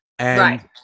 Right